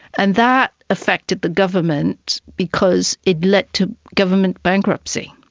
and that affected the government because it led to government bankruptcy,